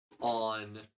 on